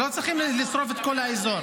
אתה יודע שמשטרת ישראל לא מונעת מאף אחד